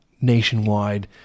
nationwide